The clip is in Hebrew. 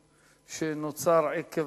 סגן יושב-ראש הכנסת,